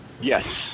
Yes